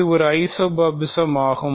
இது ஒரு ஐசோமோரபிஸம் ஆகும்